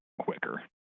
quicker